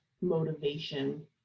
motivation